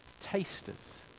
tasters